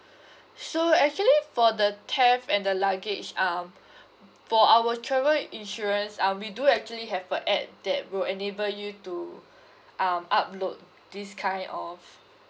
so actually for the theft and the luggage um for our travel insurance uh we do actually have a add that will enable you to um upload this kind of